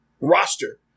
roster